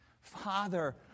Father